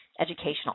educational